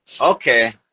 Okay